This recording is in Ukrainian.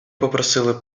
попросили